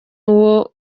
uwo